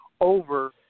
over